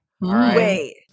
Wait